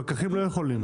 פקחים לא יכולים.